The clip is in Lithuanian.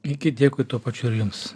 iki dėkui tuo pačiu ir jums